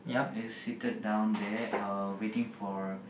and is seated down there uh waiting for